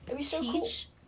teach